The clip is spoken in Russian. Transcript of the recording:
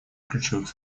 ключевых